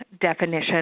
definition